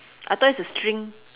I thought it's a string